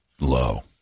low